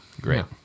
Great